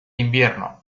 invierno